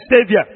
Savior